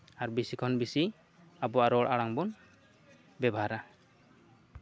ᱟᱨ ᱵᱮᱥᱤ ᱠᱷᱚᱱ ᱵᱮᱥᱤ ᱟᱵᱚᱣᱟᱜ ᱨᱚᱲ ᱟᱲᱟᱝ ᱵᱚᱱ ᱵᱮᱵᱷᱟᱨᱟ